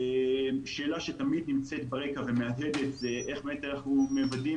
שאלה שתמיד נמצאת ברקע ומהדהדת זה איך באמת אנחנו מוודאים